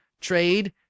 trade